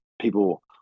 people